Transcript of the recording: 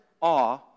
awe